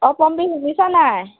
অঁ পম্পী শুনিছা নাই